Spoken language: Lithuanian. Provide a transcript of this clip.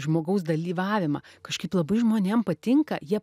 žmogaus dalyvavimą kažkaip labai žmonėm patinka jie